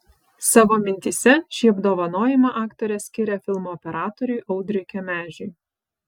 savo mintyse šį apdovanojimą aktorė skiria filmo operatoriui audriui kemežiui